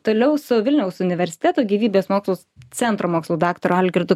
toliau su vilniaus universiteto gyvybės mokslų centro mokslų daktaru algirdu